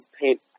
paint